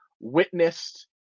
witnessed